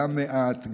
גם מעט,